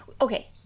Okay